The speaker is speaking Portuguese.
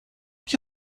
que